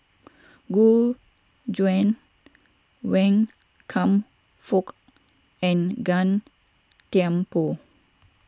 Gu Juan Wan Kam Fook and Gan Thiam Poh